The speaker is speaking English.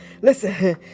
Listen